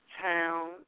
town